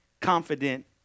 confident